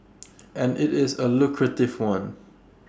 and IT is A lucrative one